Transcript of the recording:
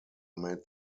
made